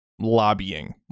lobbying